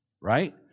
Right